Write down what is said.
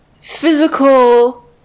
physical